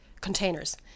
containers